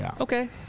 okay